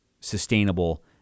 sustainable